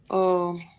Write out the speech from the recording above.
oh.